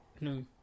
No